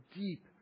deep